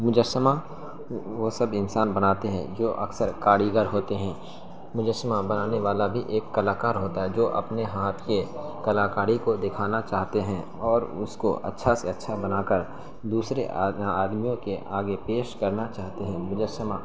مجسمہ وہ سب انسان بناتے ہیں جو اکثر کاریگر ہوتے ہیں مجسمہ بنانے والا بھی ایک کلاکار ہوتا ہے جو اپنے ہاتھ کے کلاکاری کو دکھانا چاہتے ہیں اور اس کو اچھا سے اچھا بنا کر دوسرے آدمیوں کے آگے پیش کرنا چاہتے ہیں مجسمہ